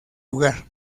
lugar